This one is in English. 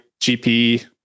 GP